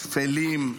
שפלים,